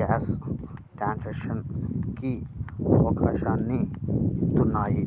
cash transactions కి అవకాశాన్ని ఇత్తన్నాయి